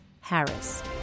Harris